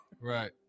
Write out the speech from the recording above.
Right